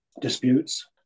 disputes